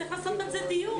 צריך לעשות על זה דיון.